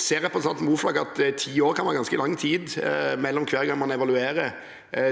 Ser representanten Moflag at ti år kan være ganske lang tid mellom hver gang man evaluerer